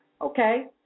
okay